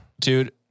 dude